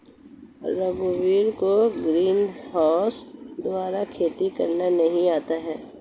रघुवीर को ग्रीनहाउस द्वारा खेती करना नहीं आता है